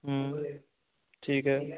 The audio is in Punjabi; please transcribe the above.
ਠੀਕ ਹੈ